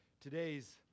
Today's